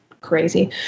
crazy